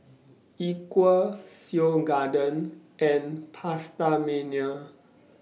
Equal Seoul Garden and PastaMania